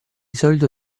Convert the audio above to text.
solito